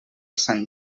sant